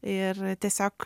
ir tiesiog